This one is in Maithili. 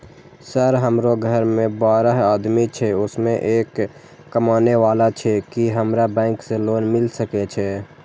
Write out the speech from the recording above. सर हमरो घर में बारह आदमी छे उसमें एक कमाने वाला छे की हमरा बैंक से लोन मिल सके छे?